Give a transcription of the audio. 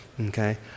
okay